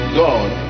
god